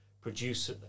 produce